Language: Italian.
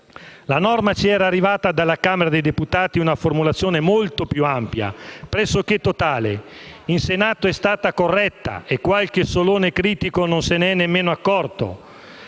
La norma ci era arrivata dalla Camera dei deputati in una formulazione molto più ampia, pressoché totale; in Senato è stata corretta e qualche solone critico non se ne è nemmeno accorto,